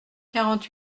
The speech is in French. quarante